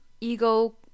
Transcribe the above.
ego